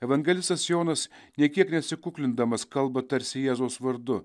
evangelistas jonas nė kiek nesikuklindamas kalba tarsi jėzaus vardu